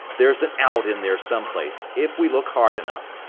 there's an out in there someplace, if we look hard enough.